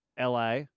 LA